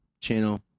channel